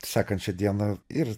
sekančią dieną ir